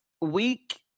week